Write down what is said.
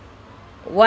one